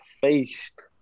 faced